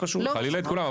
חלילה את כולם,